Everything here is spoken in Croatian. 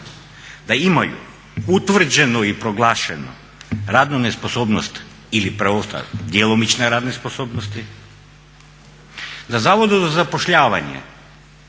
da imaju utvrđenu i proglašenu radnu nesposobnost ili preostale djelomične radne sposobnosti. Na Zavodu za zapošljavanje